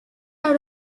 out